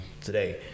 today